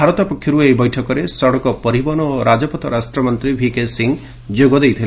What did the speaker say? ଭାରତ ପକ୍ଷରୁ ଏହି ବୈଠକରେ ସଡ଼କ ପରିବହନ ଓ ରାଜପଥ ରାଷ୍ଟ୍ରମନ୍ତ୍ରୀ ଭିକେ ସିଂ ଯୋଗ ଦେଇଥିଲେ